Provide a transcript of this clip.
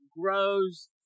grows